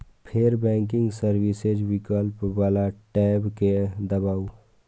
फेर banking services विकल्प बला टैब कें दबाउ